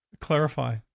clarify